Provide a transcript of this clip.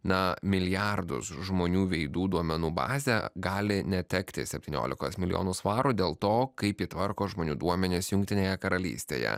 na milijardus žmonių veidų duomenų bazę gali netekti septyniolikos milijonų svarų dėl to kaip ji tvarko žmonių duomenis jungtinėje karalystėje